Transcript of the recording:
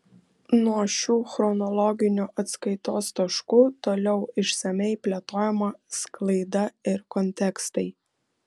nuo šių chronologinių atskaitos taškų toliau išsamiai plėtojama sklaida ir kontekstai